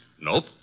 Nope